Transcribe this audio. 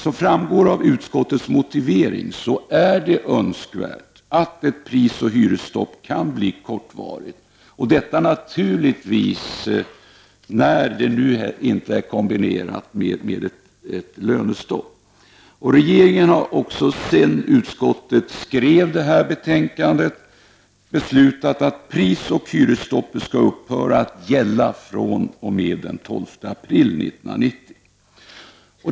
Som framgår av utskottets motivering är det önskvärt att ett prisoch hyresstopp kan bli kortvarigt, och detta är naturligt när det nu inte är kombinerat med ett lönestopp. Regeringen har också sedan utskottet skrev detta betänkande beslutat att prisoch hyresstoppet skall upphöra att gälla fr.o.m. den 12 april 1990.